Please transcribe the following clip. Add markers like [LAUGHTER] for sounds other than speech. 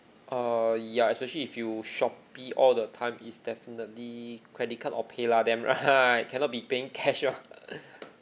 err yeah especially if you Shopee all the time is definitely credit card or paylah them right cannot be paying cash lah [NOISE]